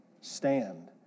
stand